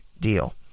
deal